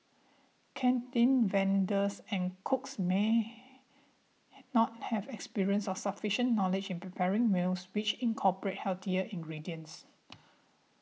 canteen vendors and cooks may not have experience or sufficient knowledge in preparing meals which incorporate healthier ingredients